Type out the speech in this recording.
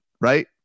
right